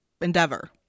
endeavor